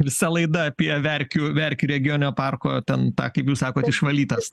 visa laida apie verkių verkių regioninio parko ten tą kaip jūs sakote išvalytas